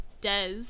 Des